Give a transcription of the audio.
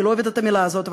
אני לא אוהבת את המילה הזאת,